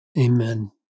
Amen